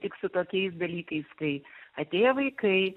tik su tokiais dalykais kai atėję vaikai